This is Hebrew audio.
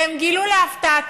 והם גילו להפתעתם